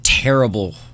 Terrible